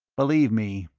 believe me,